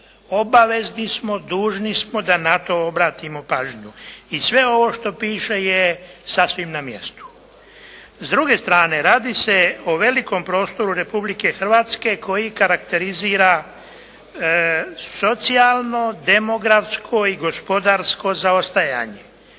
obavezni smo, dužni smo da na to obratimo pažnju i sve ovo što piše je sasvim na mjestu. S druge strane radi se o velikom prostoru Republike Hrvatske koji karakterizira socijalno, demografsko i gospodarsko zaostajanje